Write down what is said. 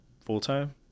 full-time